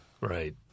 Right